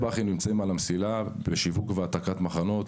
שני בא"חים נמצאים עכשיו על המסילה לשיווק והעתקת מחנות.